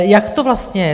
jak to vlastně je.